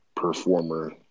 performer